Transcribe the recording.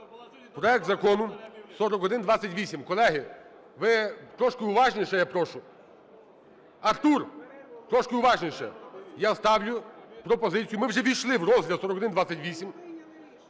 Проект Закону 4128. Колеги, ви трошки уважніше, я прошу. Артур, трошки уважніше. Я ставлю пропозицію. Ми вже ввійшли в розгляд 4128,